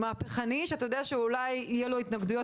שאתה יודע שאולי יהיו לו התנגדויות